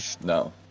No